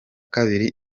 kabiri